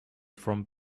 from